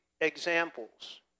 examples